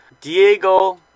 Diego